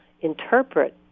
interpret